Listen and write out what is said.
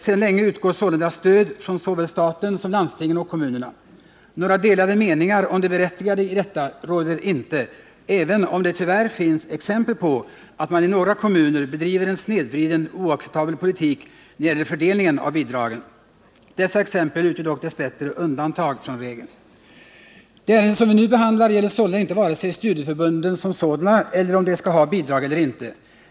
Sedan länge utgår sålunda stöd från såväl staten som landstingen och kommunerna. Några delade meningar om det berättigade i detta råder inte, även om det tyvärr finns exempel på att man i några kommuner bedriver en snedvriden och oacceptabel politik när det gäller fördelningen av bidragen. Dessa exempel utgör dock dess bättre undantag från regeln. Det ärende som vi nu behandlar gäller sålunda inte vare sig studieförbunden som sådana eller frågan om de skall ha bidrag eller inte.